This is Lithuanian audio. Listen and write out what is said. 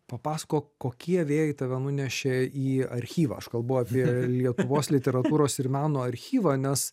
papasakok kokie vėjai tave nunešė į archyvą aš kalbu apie lietuvos literatūros ir meno archyvą nes